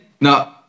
No